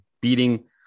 beating